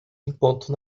enquanto